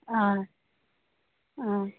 ꯑꯥ ꯑꯥ